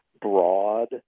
broad